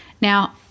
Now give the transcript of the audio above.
now